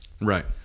right